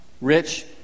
rich